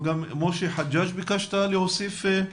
משה חג'ג' מארגון חושן ביקש להוסיף.